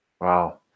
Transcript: Wow